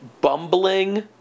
bumbling